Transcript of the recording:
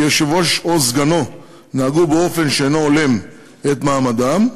היושב-ראש או סגנו נהגו באופן שאינו הולם את מעמדם,